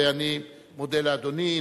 ואני מודה לאדוני.